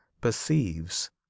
perceives